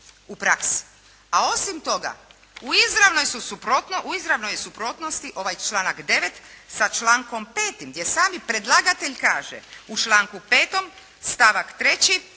A osim toga, u izravnoj suprotnosti ovaj članka 9. sa člankom 5., gdje sami predlagatelj kaže u članku 5. stavak 3.